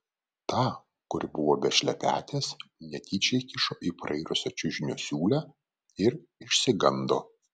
tą kuri buvo be šlepetės netyčia įkišo į prairusią čiužinio siūlę ir išsigando